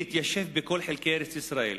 להתיישב בכל חלקי ארץ-ישראל.